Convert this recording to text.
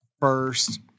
first